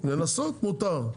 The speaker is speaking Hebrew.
לנסות מותר.